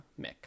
Mick